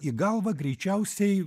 į galvą greičiausiai